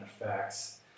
effects